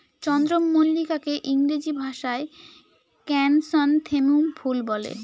চন্দ্রমল্লিকাকে ইংরেজি ভাষায় ক্র্যাসনথেমুম ফুল বলে